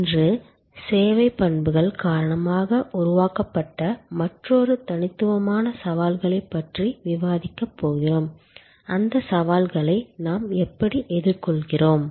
இன்று சேவை பண்புகள் காரணமாக உருவாக்கப்பட்ட மற்றொரு தனித்துவமான சவால்களைப் பற்றி விவாதிக்கப் போகிறோம் அந்தச் சவால்களை நாம் எப்படி எதிர்கொள்கிறோம்